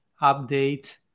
update